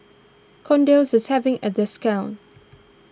Kordel's is having a discount